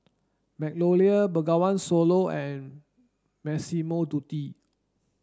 Magnolia Bengawan Solo and Massimo Dutti